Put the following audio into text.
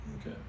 okay